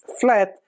flat